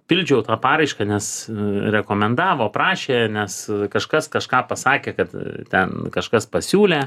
pildžiau tą paraišką nes rekomendavo prašė nes kažkas kažką pasakė kad ten kažkas pasiūlė